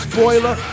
Spoiler